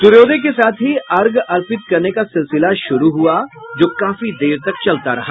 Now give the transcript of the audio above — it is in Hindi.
सूर्योदय के साथ ही अर्घ्य अर्पित करने का सिलसिला शुरू हुआ जो काफी देर तक चलता रहा